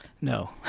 No